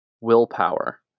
Willpower